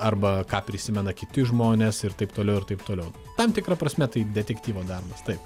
arba ką prisimena kiti žmonės ir taip toliau ir taip toliau tam tikra prasme tai detektyvo darbas taip